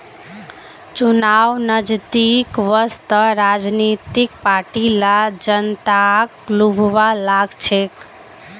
चुनाव नजदीक वस त राजनीतिक पार्टि ला जनताक लुभव्वा लाग छेक